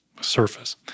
surface